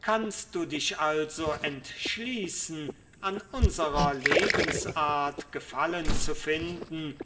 kannst du dich also entschließen an unserer lebensart gefallen zu finden